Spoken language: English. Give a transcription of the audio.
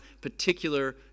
particular